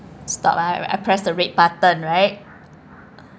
stop ah I press the red button right